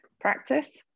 practice